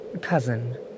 Cousin